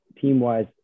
team-wise